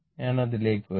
ഞാൻ അതിലേക്ക് വരും